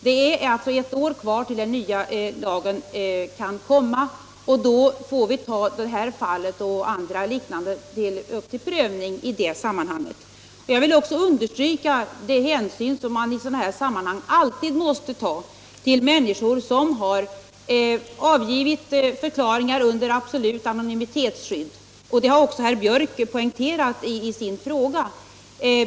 Det är alltså ett år kvar till dess den nya lagen kan komma. Då får vi ta upp detta fall och andra liknande till prövning. Jag vill också peka på de hänsyn som man i sådana här sammanhang alltid måste ta till människor som har avgivit förklaringar under absolut anonymitetsskydd. Det har även herr Björck poängterat i sin fråga.